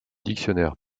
dictionnaire